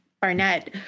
Barnett